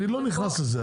אני לא נכנס לזה,